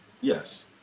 Yes